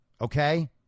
okay